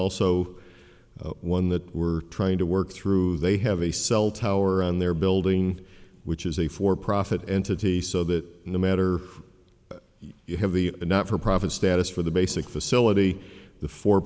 also one that we're trying to work through they have a cell tower and they're building which is a for profit entity so that no matter if you have the not for profit status for the basic facility